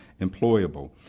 employable